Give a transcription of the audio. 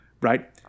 Right